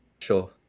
Sure